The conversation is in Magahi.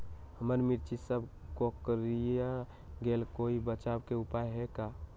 हमर मिर्ची सब कोकररिया गेल कोई बचाव के उपाय है का?